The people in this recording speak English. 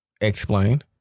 explain